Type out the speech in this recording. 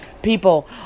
People